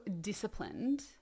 disciplined